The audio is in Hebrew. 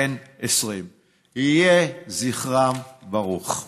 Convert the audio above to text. בן 20. יהיה זכרם ברוך.